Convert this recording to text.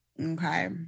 Okay